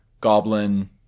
Goblin